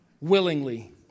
Willingly